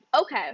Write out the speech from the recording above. okay